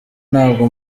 ntabwo